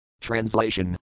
Translation